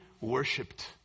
worshipped